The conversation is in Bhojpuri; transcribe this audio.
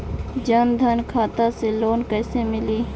जन धन खाता से लोन कैसे मिली?